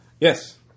Yes